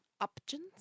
options